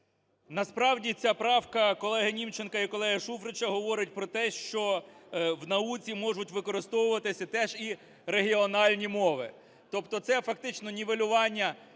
Насправді ця правка колегиНімченка і колеги Шуфрича говорить про те, що в науці можуть використовуватися теж і регіональні мови. Тобто це фактично нівелювання